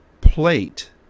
plate